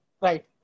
Right